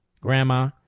grandma